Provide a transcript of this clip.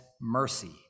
mercy